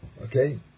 Okay